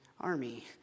army